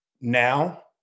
now